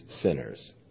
sinners